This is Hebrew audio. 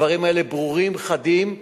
הדברים האלה ברורים, חדים.